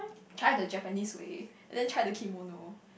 try the Japanese way and then try the kimono